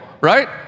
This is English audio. right